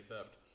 theft